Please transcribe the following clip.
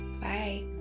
Bye